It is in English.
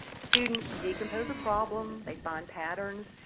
students decompose a problem, they find patterns,